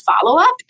follow-up